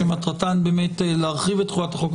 שמטרתן להרחיב את תכולת החוק.